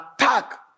attack